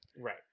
right